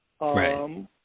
Right